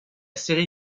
série